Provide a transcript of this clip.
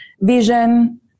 Vision